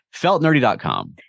Feltnerdy.com